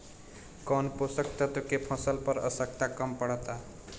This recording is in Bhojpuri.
कौन पोषक तत्व के फसल पर आवशयक्ता कम पड़ता?